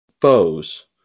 foes